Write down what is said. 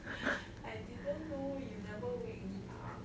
I didn't know you never wake me up